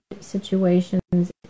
situations